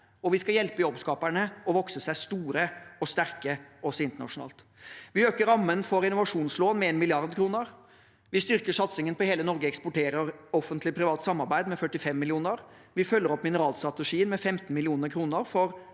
vi skal hjelpe jobbskaperne med å vokse seg store og sterke også internasjonalt. Vi øker rammen for innovasjonslån med 1 mrd. kr. Vi styrker satsingen på Hele Norge eksporterer, et offentlig-privat samarbeid, med 45 mill. kr, og vi følger opp mineralstrategien med 15 mill. kr for